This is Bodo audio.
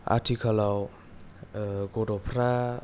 आथिखालाव गथ'फ्रा